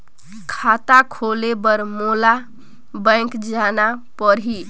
खाता खोले बर मोला बैंक जाना परही?